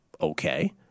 okay